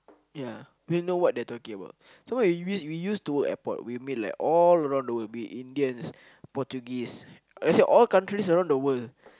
ya don't even know what they are talking about so when we used to work airport we meet like all around the world be it Indians Portuguese let's say all countries around the world